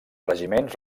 regiments